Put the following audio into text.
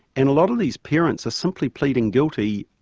and a lot of these parents are simply pleading guilty,